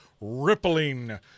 rippling